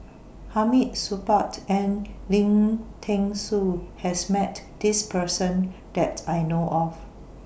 Hamid Supaat and Lim Thean Soo has Met This Person that I know of